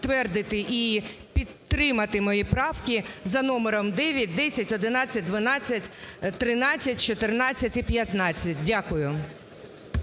і підтримати мої правки за номером 9, 10, 11, 12, 13, 14 і 15. Дякую.